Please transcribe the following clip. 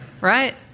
right